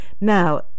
Now